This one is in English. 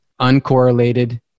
uncorrelated